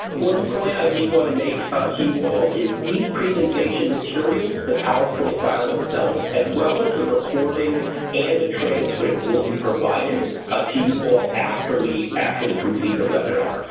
one point i did want to make ah to you all is these presentation materials, the powerpoint file itself as well as the recording and the transcript will be provided ah to you all after we actually complete the webinar.